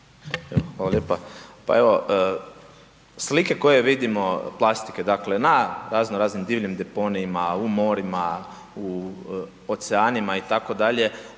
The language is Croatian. Hvala lijepa. Pa evo, slike koje vidimo plastike dakle na razno raznim divljim deponijima, u morima, u oceanima itd., je